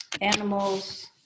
animals